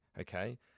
okay